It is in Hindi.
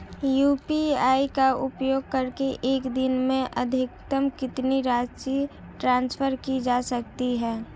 यू.पी.आई का उपयोग करके एक दिन में अधिकतम कितनी राशि ट्रांसफर की जा सकती है?